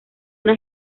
una